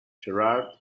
gerard